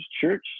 Church